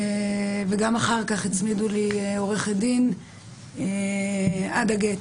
גם אחר כך הצמידו לי עורכת דין עד הגט.